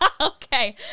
okay